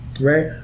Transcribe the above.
right